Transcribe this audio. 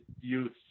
youth